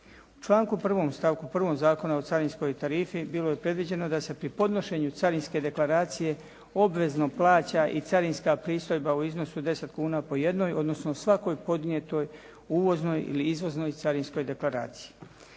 članku 1. stavku 1. Zakona o carinskoj tarifi bilo je predviđeno da se pri podnošenju carinske deklaracije obvezno plaća i carinska pristojba u iznosu od 10 kuna po jednoj, odnosno svakoj podnijetoj uvoznoj ili izvoznoj carinskoj deklaraciji.